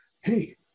hey